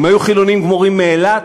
הם היו חילונים גמורים מאילת,